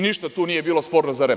Ništa tu nije bilo sporno za REM.